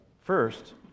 First